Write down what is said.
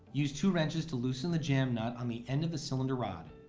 use two wrenches to loosen the jam nut on the end of the cylinder rod.